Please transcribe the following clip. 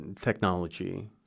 technology